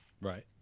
right